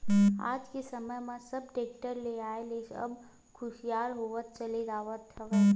आज के समे म सब टेक्टर के आय ले अब सुखियार होवत चले जावत हवय